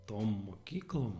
tom mokyklom